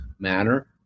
manner